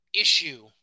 issue